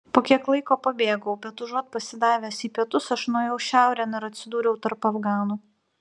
po kiek laiko pabėgau bet užuot pasidavęs į pietus aš nuėjau šiaurėn ir atsidūriau tarp afganų